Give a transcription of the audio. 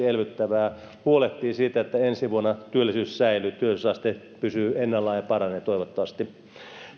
elvyttävää se huolehtii siitä että ensi vuonna työllisyys säilyy työllisyysaste pysyy ennallaan ja paranee toivottavasti